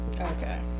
Okay